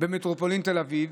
במטרופולין תל אביב,